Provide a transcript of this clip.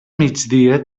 migdia